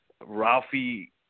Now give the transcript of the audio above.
Ralphie